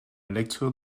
lecture